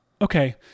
Okay